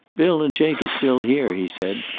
bill and jake are still here, he said.